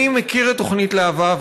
אני מכיר את תוכנית להב"ה,